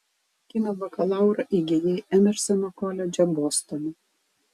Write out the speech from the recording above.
kino bakalaurą įgijai emersono koledže bostone